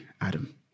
Adam